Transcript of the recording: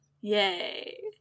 Yay